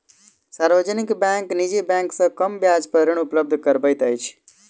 सार्वजनिक बैंक निजी बैंक से कम ब्याज पर ऋण उपलब्ध करबैत अछि